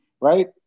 right